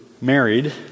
married